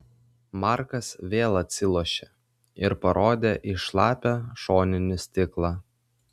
markas vėl atsilošė ir parodė į šlapią šoninį stiklą